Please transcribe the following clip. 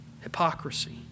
Hypocrisy